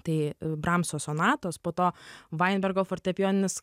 tai bramso sonatos po to vainbergo fortepijoninis